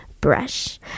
brush